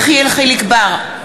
יחיאל חיליק בר,